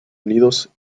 unidos